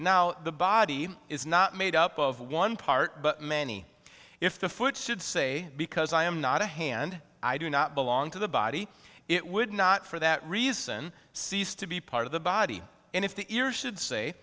now the body is not made up of one part but many if the foot should say because i am not a hand i do not belong to the body it would not for that reason cease to be part of the body and if the ear should say